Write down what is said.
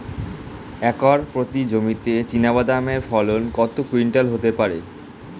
Acre প্রতি জমিতে চীনাবাদাম এর ফলন কত কুইন্টাল হতে পারে?